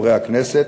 לחברי הכנסת,